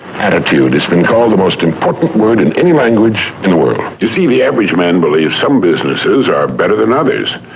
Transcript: attitude, it's been called the most important word in any language in the world. you see, the average man believes some businesses are better than others,